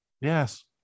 Yes